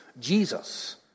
Jesus